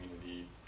community